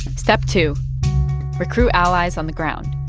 step two recruit allies on the ground,